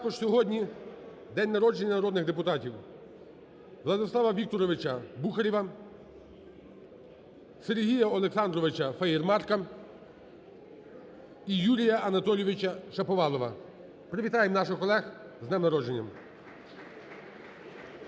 Також сьогодні день народження народних депутатів: Владислава Вікторовича Бухарєва, Сергія Олександровича Фаєрмарка і Юрія Анатолійовича Шаповалова. Привітаємо наших колег з днем народження.